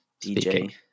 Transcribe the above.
dj